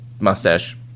mustache